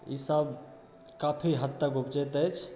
ई सब काफी हद तक उपजैत अछि